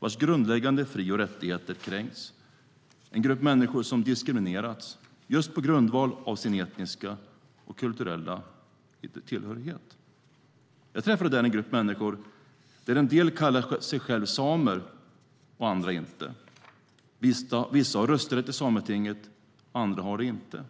vilkas grundläggande fri och rättigheter har kränkts, en grupp människor som har diskriminerats just på grundval av sin etniska och kulturella tillhörighet. Jag träffade där en grupp människor där en del kallade sig själva samer och andra inte. Vissa har rösträtt i Sametinget, andra har det inte.